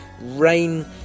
rain